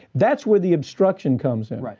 that's where the obstruction comes in. right.